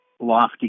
lofty